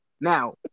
Now